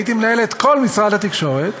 והייתי מנהל את כל משרד התקשורת,